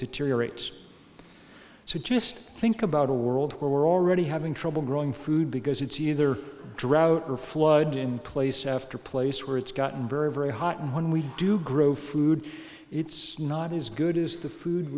deteriorates so just think about a world where we're already having trouble growing food because it's either drought or flood in place after place where it's gotten very very hot and when we do grow food it's not as good as the food